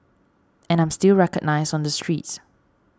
and I'm still recognised on the streets